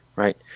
Right